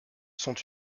sont